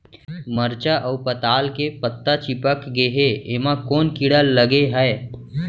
मरचा अऊ पताल के पत्ता चिपक गे हे, एमा कोन कीड़ा लगे है?